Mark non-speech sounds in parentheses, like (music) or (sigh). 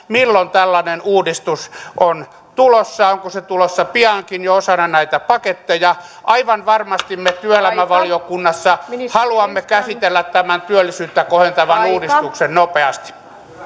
(unintelligible) milloin tällainen uudistus on tulossa ja onko se tulossa piankin jo osana näitä paketteja aivan varmasti me työelämävaliokunnassa haluamme käsitellä tämän työllisyyttä kohentavan uudistuksen nopeasti